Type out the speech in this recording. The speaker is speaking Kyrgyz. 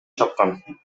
чапкан